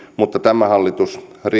mutta tämä hallitus